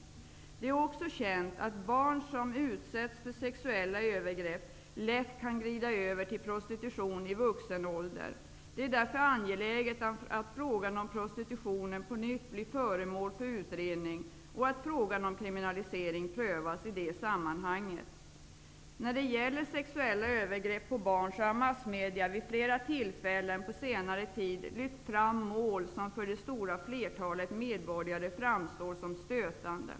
Det är också känt att barn som utsätts för sexuella övergrepp lätt kan glida över till prostitution i vuxen ålder. Det är därför angeläget att frågan om prostitutionen på nytt blir föremål för utredning och att frågan om kriminalisering prövas i det sammanhanget. När det gäller sexuella övergrepp på barn, har massmedia vid flera tillfällen på senare tid lyft fram mål som för det stora flertalet medborgare framstår som stötande.